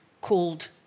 called